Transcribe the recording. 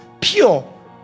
Pure